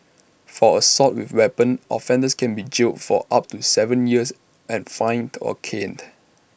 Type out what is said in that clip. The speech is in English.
for assault with A weapon offenders can be jailed for up to Seven years and fined or caned